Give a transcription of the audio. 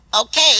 Okay